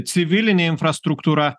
civilinė infrastruktūra